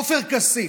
עופר כסיף,